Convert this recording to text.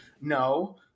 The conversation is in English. no